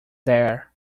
there